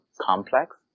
complex